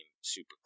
super